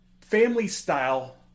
family-style